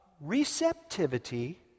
receptivity